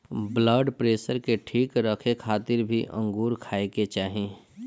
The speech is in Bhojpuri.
ब्लड प्रेसर के ठीक रखे खातिर भी अंगूर खाए के चाही